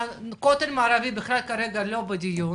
הכותל המערבי כרגע לא בדיון,